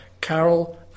Carol